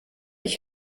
ich